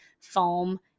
foam